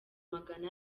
magana